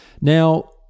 Now